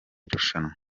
rushanwa